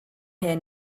here